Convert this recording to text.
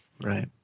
Right